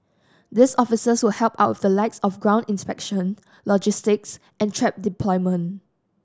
these officers will help out with the likes of ground inspection logistics and trap deployment